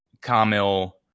Kamil